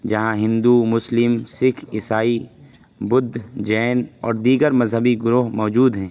جہاں ہندو مسلم سکھ عیسائی بدھ جین اور دیگر مذہبی گروہ موجود ہیں